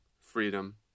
freedom